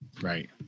Right